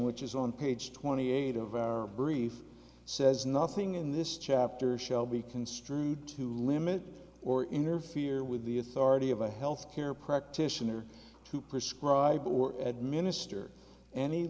which is on page twenty eight of our brief says nothing in this chapter shall be construed to limit or interfere with the authority of a health care practitioner to prescribe or administer any